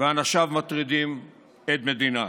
ואנשיו מטרידים עד מדינה?